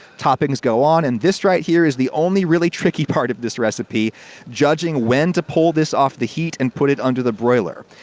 toppings go on, and this right here is the only really tricky part of this recipe judging when to pull this off the heat and put it under the broiler.